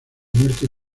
muerte